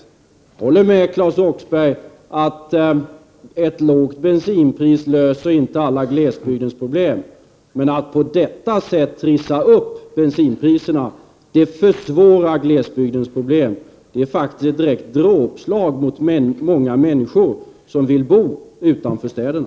Jag håller med Claes Roxbergh om att ett lågt bensinpris inte löser alla glesbygdens problem. Men att på detta sätt trissa upp bensinpriserna försvårar bara glesbygdens problem. Det är faktiskt ett direkt dråpslag mot många människor som vill bo utanför städerna.